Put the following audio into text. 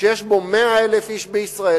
שיש בו 100,000 איש בישראל,